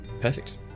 perfect